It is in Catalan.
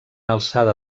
alçada